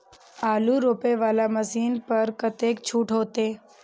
आलू रोपे वाला मशीन पर कतेक छूट होते?